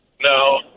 No